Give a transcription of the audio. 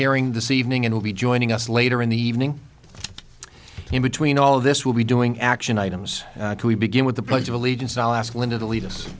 hearing this evening and will be joining us later in the evening in between all this will be doing action items we begin with the pledge of allegiance i'll ask linda to lead us